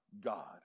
God